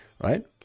right